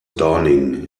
dawning